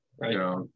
right